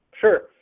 Sure